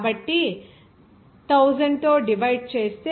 కాబట్టి కాబట్టి 1000 తో డివైడ్ చేస్తే 101